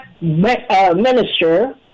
minister